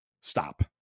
Stop